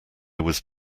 was